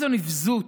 איזו נבזות.